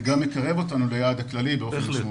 זה גם יקרב אותנו ליעד הכללי באופן משמעותי.